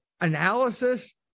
analysis